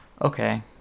Okay